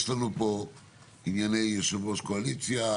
יש לנו פה ענייני יושב ראש קואליציה,